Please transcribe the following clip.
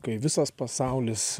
kai visas pasaulis